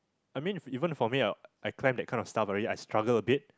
I mean if even for me I I climb that kind of stuff already I struggle a bit